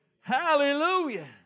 Hallelujah